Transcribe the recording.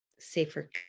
safer